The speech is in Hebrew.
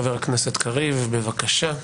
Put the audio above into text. חבר הכנסת קריב, בבקשה.